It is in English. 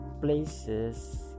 places